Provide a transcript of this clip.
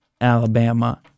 Alabama